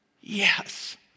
Yes